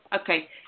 okay